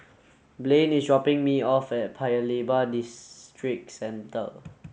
Blane is dropping me off at Paya Lebar District centre